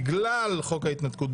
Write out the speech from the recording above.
בגלל חוק ההתנתקות,